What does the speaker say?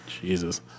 Jesus